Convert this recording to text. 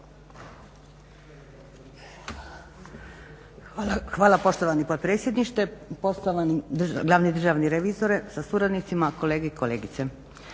Hvala poštovani potpredsjedniče, poštovani glavni državni revizore sa suradnicima, kolege i kolegice.